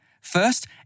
First